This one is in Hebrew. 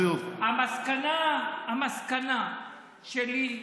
המסקנה שלי,